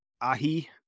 Ahi